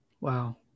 Wow